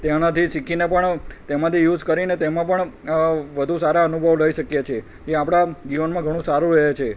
તેનાથી શીખીને પણ તેમાંથી યુઝ કરીને તેમાં પણ વધુ સારા અનુભવ લઈ શકીએ છે એ આપણા જીવનમાં ઘણું સારું રહે છે